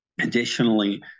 Additionally